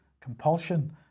compulsion